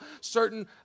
certain